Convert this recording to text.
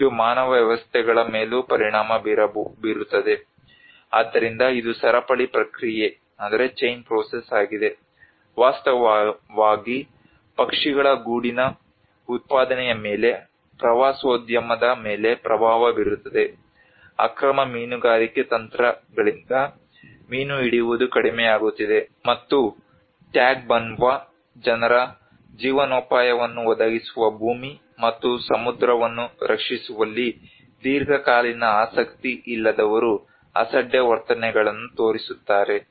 ಇದು ಮಾನವ ವ್ಯವಸ್ಥೆಗಳ ಮೇಲೂ ಪರಿಣಾಮ ಬೀರುತ್ತದೆ ಆದ್ದರಿಂದ ಇದು ಸರಪಳಿ ಪ್ರಕ್ರಿಯೆ ಆಗಿದೆ ವಾಸ್ತವವಾಗಿ ಪಕ್ಷಿಗಳ ಗೂಡಿನbird's nest ಉತ್ಪಾದನೆಯ ಮೇಲೆ ಪ್ರವಾಸೋದ್ಯಮದ ಮೇಲೆ ಪ್ರಭಾವ ಬೀರುತ್ತದೆ ಅಕ್ರಮ ಮೀನುಗಾರಿಕೆ ತಂತ್ರಗಳಿಂದ ಮೀನು ಹಿಡಿಯುವುದು ಕಡಿಮೆಯಾಗುತ್ತಿದೆ ಮತ್ತು ಟ್ಯಾಗ್ಬನ್ವಾ ಜನರ ಜೀವನೋಪಾಯವನ್ನು ಒದಗಿಸುವ ಭೂಮಿ ಮತ್ತು ಸಮುದ್ರವನ್ನು ರಕ್ಷಿಸುವಲ್ಲಿ ದೀರ್ಘಕಾಲೀನ ಆಸಕ್ತಿ ಇಲ್ಲದವರು ಅಸಡ್ಡೆ ವರ್ತನೆಗಳನ್ನು ತೋರಿಸುತ್ತಾರೆ